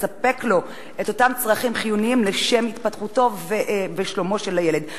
לספק לו את אותם צרכים החיוניים לשם התפתחותו ושלומו של הילד.